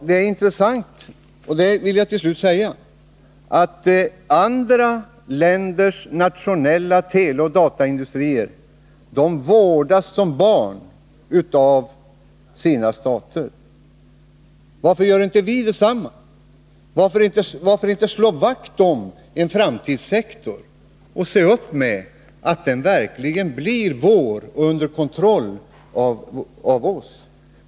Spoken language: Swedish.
Det är intressant — det vill jag till slut säga — att andra länders nationella teleoch dataindustrier vårdas som barn av sina stater. Varför gör inte vi detsamma i Sverige? Varför inte slå vakt om en framtidssektor och se till att den verkligen blir vår och står under kontroll av oss?